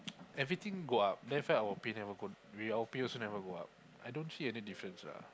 everything go up then after that our pay never go we our pay also never go up I don't see any difference lah